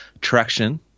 traction